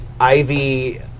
Ivy